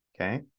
okay